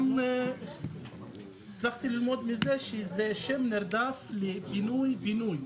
גם הצלחתי ללמוד מזה שזה שם נרדף לפינוי בינוי,